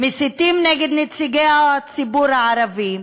מסיתים נגד נציגי הציבור הערבי,